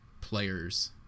players